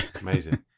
amazing